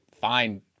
fine